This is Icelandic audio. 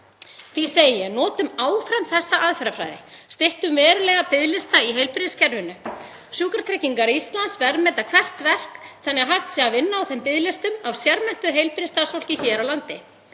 Því segi ég: Notum áfram þessa aðferðafræði, styttum verulega biðlista í heilbrigðiskerfinu, Sjúkratryggingar Íslands verðmeta hvert verk þannig að hægt sé að vinna á biðlistum af sérmenntuðu heilbrigðisstarfsfólki hér á landi.